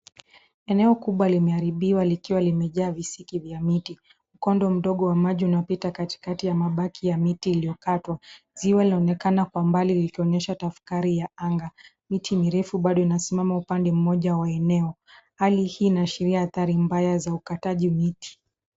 Eneo kubwa limeharibiwa likiwa limejaa visiki vya miti. Mkondo mdogo wa maji unapita katikati ya mabaki ya miti iliyokatwa. Ziwa laonekana kwa mbali likionyesha tafkari ya anga. Miti mirefu bado inasimama upande mmoja wa maeneo. Hali hii inaashiria athari mbaya za ukataji miti.